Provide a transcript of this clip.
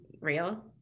real